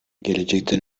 gelecekte